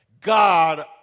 God